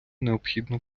необхідно